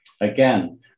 Again